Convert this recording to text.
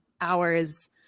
hours